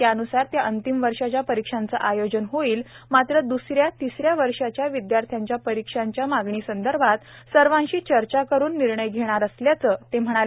त्यानुसार त्या अंतिम वर्षाच्या परीक्षांचे आयोजन होईल मात्र द्सऱ्या तिसऱ्या वर्षाच्या विद्यार्थ्यांच्या परीक्षांच्या मागणीसंदर्भात सर्वांशी चर्चा करून निर्णय घेणार असल्याचे देशम्ख यांनी यावेळी स्पष्ट केले